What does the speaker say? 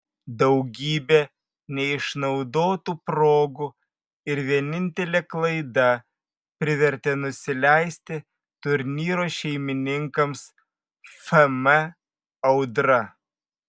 daugybė neišnaudotų progų ir vienintelė klaida privertė nusileisti turnyro šeimininkams fm audra